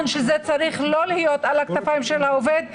שזה צריך לא להיות על הכתפיים של העובד,